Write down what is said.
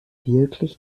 wirklich